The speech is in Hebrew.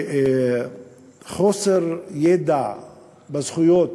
חוסר ידע של הזכויות,